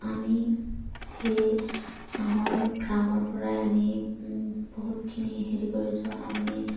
আমি সেই হাঁহৰ ফাৰ্মৰপৰাই আমি বহুতখিনি হেৰি কৰিছোঁ আমি